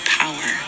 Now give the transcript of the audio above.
power